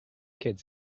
kids